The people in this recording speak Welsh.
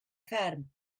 fferm